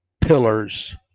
pillars